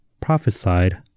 prophesied